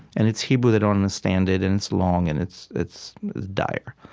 and it's hebrew they don't understand it and it's long, and it's it's dire.